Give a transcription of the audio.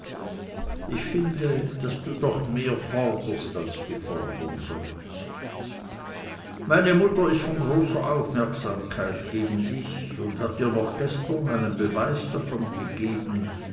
ich finde daß du doch mehr forderst als du fordern solltest meine mutter ist von großer aufmerksamkeit gegen dich und hat dir noch gestern einen beweis davon gegeben